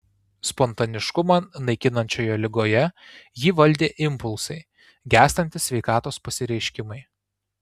spontaniškumą naikinančioje ligoje jį valdė impulsai gęstantys sveikatos pasireiškimai